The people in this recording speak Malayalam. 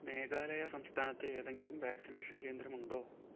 മേഘാലയ സംസ്ഥാനത്ത് ഏതെങ്കിലും വാക്സിനേഷൻ കേന്ദ്രം ഉണ്ടോ